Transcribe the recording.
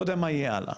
לא יודע מה יהיה הלאה.